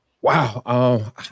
Wow